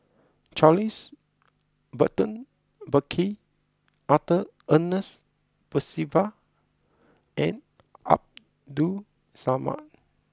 Charles Burton Buckley Arthur Ernest Percival and Abdul Samad